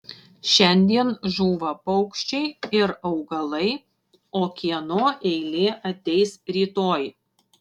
šiandien žūva paukščiai ir augalai o kieno eilė ateis rytoj